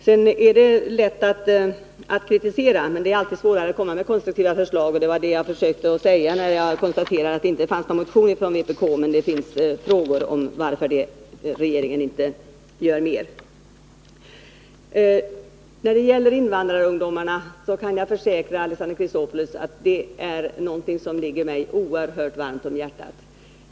Det är lätt att kritisera, men det är alltid svårare att komma med konstruktiva förslag. Det var det jag försökte säga när jag konstaterade att det inte finns någon motion från vpk utan bara frågor om varför inte regeringen gör mer. Jag kan försäkra Alexander Chrisopoulos att invandrarungdomarnas problem är någonting som ligger mig oerhört varmt om hjärtat.